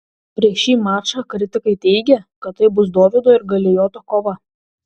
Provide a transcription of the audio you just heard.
prieš šį mačą kritikai teigė kad tai bus dovydo ir galijoto kova